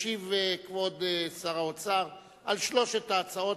ישיב כבוד שר האוצר על שלוש ההצעות,